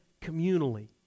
communally